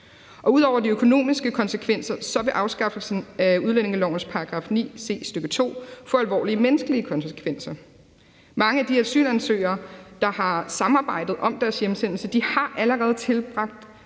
Ud over de økonomiske konsekvenser vil afskaffelsen af udlændingelovens § 9 c, stk. 2, få alvorlige menneskelige konsekvenser. Mange af de asylansøgere, der har samarbejdet om deres hjemsendelse, har allerede tilbragt